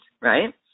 right